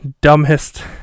dumbest